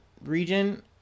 region